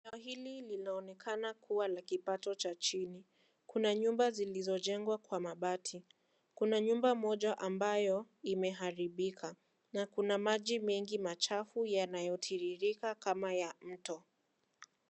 Eneo hili linaonekana kuwa la kipato cha chini, kuna nyumba zilizojengwa kwa mabati, kuna nyumba moja ambayo imeharibika, na kuna maji mengi machafu yanayotiririka kama ya mto.